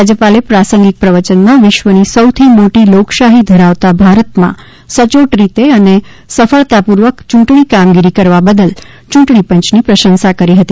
રાજ્યપાલે પ્રાસંગિક પ્રવયનમાં વિશ્વની સૌથી મોટી લોકશાહી ઘરાવતા ભારતમાં સયોટ રીતે અને સફળતાપૂર્વક યૂંટણી કામગીરી કરવા બદલ યૂંટણીપંચની પ્રશંસા કરી હતી